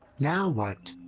now what?